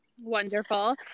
Wonderful